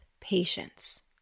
patience